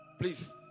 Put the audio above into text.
please